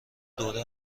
دوره